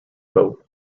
vote